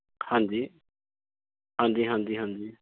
ਹਾਂਜੀ ਹਾਂਜੀ ਹਾਂਜੀ ਹਾਂਜੀ